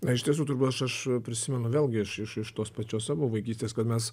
na iš tiesų aš aš prisimenu vėlgi iš iš iš tos pačios savo vaikystės kad mes